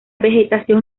vegetación